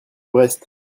brest